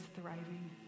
thriving